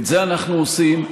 את זה אנחנו עושים.